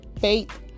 Faith